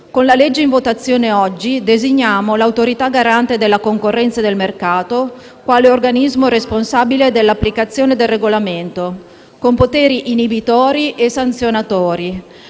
Con la legge in votazione oggi designiamo l'Autorità garante della concorrenza e del mercato quale organismo responsabile dell'applicazione del regolamento, con poteri inibitori e sanzionatori,